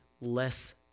less